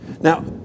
Now